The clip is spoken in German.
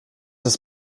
ist